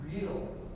Real